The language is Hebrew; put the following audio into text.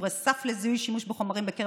שומרי סף לזיהוי שימוש בחומרים בקרב